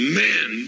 men